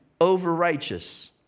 over-righteous